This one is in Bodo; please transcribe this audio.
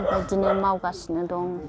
बेबायदिनो मावगासिनो दं